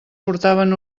portaven